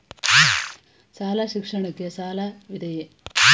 ಶಾಲಾ ಶಿಕ್ಷಣಕ್ಕೆ ಸಾಲವಿದೆಯೇ?